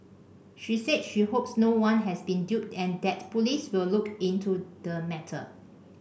she said she hopes no one has been duped and that police will look into the matter